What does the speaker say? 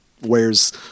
wears